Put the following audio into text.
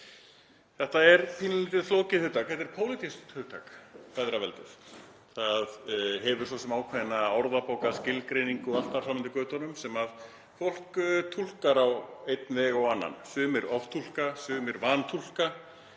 Þetta er pínulítið flókið hugtak, þetta er pólitískt hugtak, feðraveldið. Það hefur svo sem ákveðna orðabókarskilgreiningu og allt þar fram eftir götunum sem fólk túlkar á einn veg og annan. Sumir oftúlka, sumir vantúlka